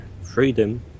freedom